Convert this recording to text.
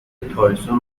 تایسون